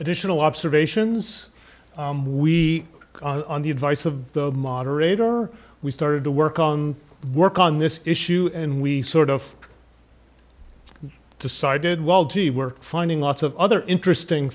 additional observations we on the advice of the moderator we started to work on work on this issue and we sort of decided well gee we're finding lots of other interesting